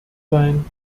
sein